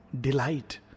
delight